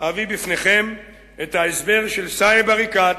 אביא בפניכם את ההסבר של סאיב עריקאת,